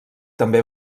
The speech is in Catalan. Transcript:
també